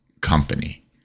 company